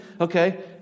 okay